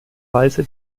weise